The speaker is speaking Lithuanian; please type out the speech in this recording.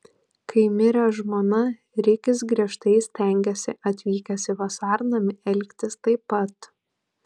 kai mirė žmona rikis griežtai stengėsi atvykęs į vasarnamį elgtis taip pat